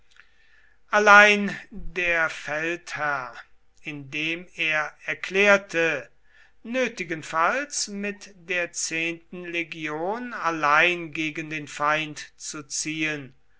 allein der feldherr indem er erklärte nötigenfalls mit der zehnten legion allein gegen den feind zu ziehen